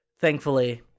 Thankfully